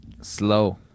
slow